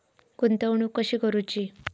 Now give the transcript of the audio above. गुंतवणूक कशी करूची?